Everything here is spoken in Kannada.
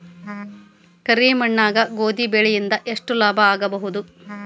ಕರಿ ಮಣ್ಣಾಗ ಗೋಧಿ ಬೆಳಿ ಇಂದ ಎಷ್ಟ ಲಾಭ ಆಗಬಹುದ?